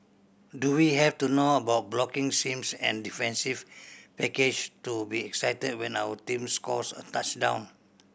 do we have to know about blocking schemes and defensive package to be excited when our team scores a touchdown